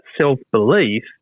self-belief